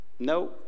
No